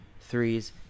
threes